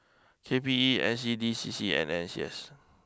K P E N C D C C and N C S